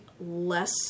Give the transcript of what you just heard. less